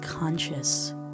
Conscious